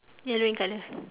yellow in colour